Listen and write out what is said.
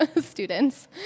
students